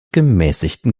gemäßigten